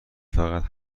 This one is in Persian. فقط